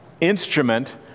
instrument